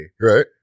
right